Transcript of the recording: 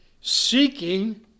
seeking